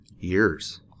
years